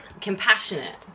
compassionate